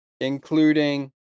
including